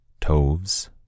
Toves